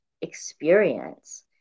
experience